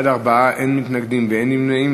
בעד, 4, אין מתנגדים ואין נמנעים.